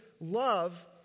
love